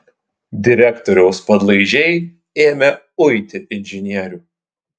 direktoriaus padlaižiai ėmė uiti inžinierių